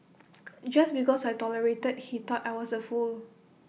just because I tolerated he thought I was A fool